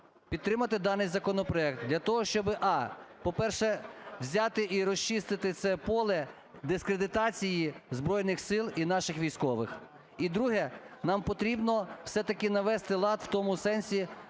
підтримати даний законопроект для того, щоб: а) по-перше, взяти і розчистити це поле дискредитації Збройних Сил і наших військових; і друге - нам потрібно все-таки навести лад в тому сенсі,